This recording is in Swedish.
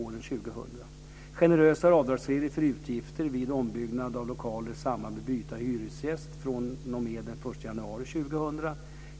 Det är generösare avdragsregler för utgifter vid ombyggnad av lokaler i samband med byte av hyresgäst fr.o.m. den 1 januari 2000.